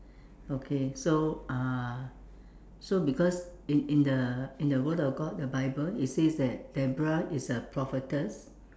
okay so uh so because in in the in the word of God the bible it says that Deborah is a prophetess